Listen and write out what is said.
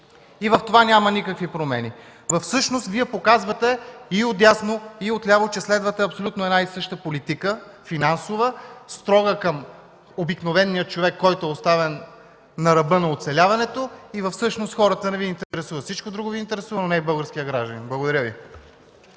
И в това няма никакви промени. Всъщност Вие показвате – и от дясно, и от ляво, че следвате абсолютно една и съща финансова политика, строга към обикновения човек, който е оставен на ръба на оцеляването, и всъщност хората не Ви интересуват. Всичко друго Ви интересува, но не и българският гражданин. Благодаря Ви.